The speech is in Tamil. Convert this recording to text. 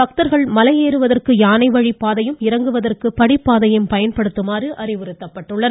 பக்தர்கள் மலை ஏறுவதற்கு யானைவழிப் பாதையும் இறங்குவதற்கு படிப் பாதையையும் பயன்படுத்துமாறு அறிவுறுத்தப்பட்டுள்ளனர்